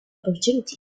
opportunity